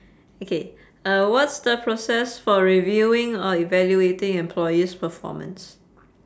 okay uh what's the process for reviewing or evaluating employees' performance